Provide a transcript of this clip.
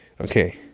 Okay